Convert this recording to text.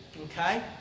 Okay